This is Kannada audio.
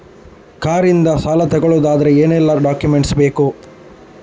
ಕಾರ್ ಇಂದ ಸಾಲ ತಗೊಳುದಾದ್ರೆ ಏನೆಲ್ಲ ಡಾಕ್ಯುಮೆಂಟ್ಸ್ ಕೊಡ್ಬೇಕು?